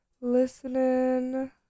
listening